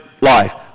life